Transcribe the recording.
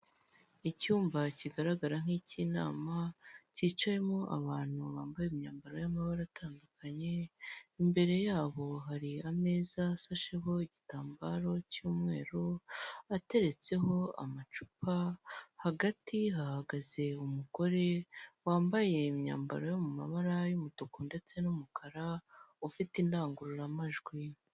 Icyumba kigaragara nk'icy'inama, cyicayemo abantu bambaye imyambaro y'amabara atandukanye, imbere yabo hari ameza ashasheho y' igitambaro cy'umweru, ateretseho amacupa, hagati hahagaze umugore, wambaye imyambaro yo mabara y'umutuku ndetse n'umukara, ufite indangururamajwi.